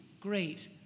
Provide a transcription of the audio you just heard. great